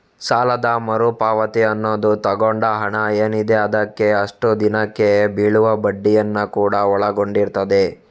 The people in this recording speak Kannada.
ಸಾಲದ ಮರು ಪಾವತಿ ಅನ್ನುದು ತಗೊಂಡ ಹಣ ಏನಿದೆ ಅದಕ್ಕೆ ಅಷ್ಟು ದಿನಕ್ಕೆ ಬೀಳುವ ಬಡ್ಡಿಯನ್ನ ಕೂಡಾ ಒಳಗೊಂಡಿರ್ತದೆ